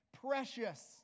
precious